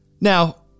Now